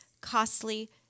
costly